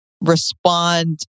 respond